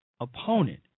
opponent